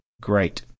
Great